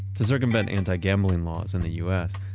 to circumvent anti-gambling laws in the us,